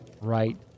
right